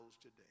today